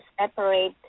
separate